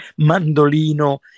mandolino